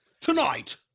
Tonight